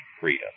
freedom